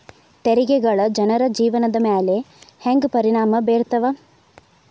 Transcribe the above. ತೆರಿಗೆಗಳ ಜನರ ಜೇವನದ ಮ್ಯಾಲೆ ಹೆಂಗ ಪರಿಣಾಮ ಬೇರ್ತವ